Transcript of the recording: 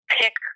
pick